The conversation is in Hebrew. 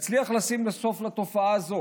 נצליח לשים סוף לתופעה הזו.